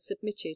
submitted